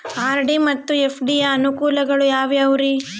RD ಮತ್ತು FD ಯ ಅನುಕೂಲಗಳು ಯಾವ್ಯಾವುರಿ?